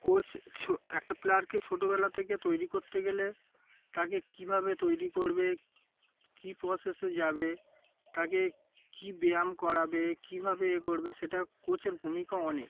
coach ছো একটা প্লেয়ারকে ছোটবেলা থেকে তৈরি করতে গেলে তাকে কীভাবে তৈরি করবে কী প্রসেসে যাবে তাকে কী ব্যায়াম করাবে কীভাবে এ করবে সেটা কোচের ভূমিকা অনেক